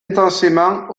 intensément